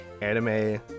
anime